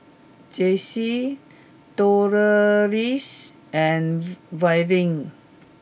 Jessi Delois and Verlin